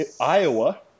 Iowa